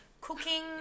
cooking